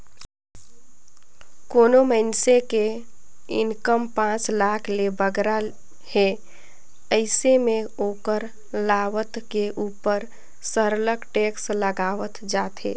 कोनो मइनसे के इनकम पांच लाख ले बगरा हे अइसे में ओकर आवक के उपर सरलग टेक्स लगावल जाथे